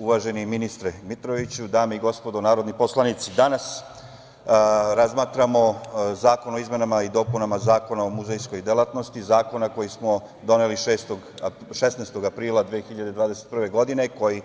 Uvaženi ministre Mitroviću, dame i gospodo narodni poslanici, danas razmatramo Zakon o izmenama i dopunama Zakona o muzejskoj delatnosti, zakona koji smo doneli 16. aprila 2021. godine, koji